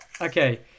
Okay